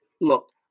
look